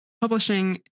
publishing